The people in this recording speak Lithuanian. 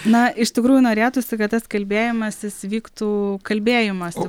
na iš tikrųjų norėtųsi kad tas kalbėjimasis vyktų kalbėjimas